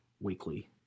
weekly